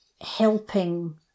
helping